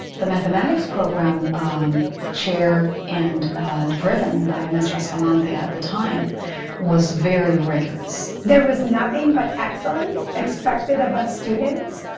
the mathematics program chair and driven by mr. escalante at the time was very rigorous. there was nothing but excellence expected of us students.